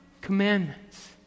commandments